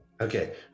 Okay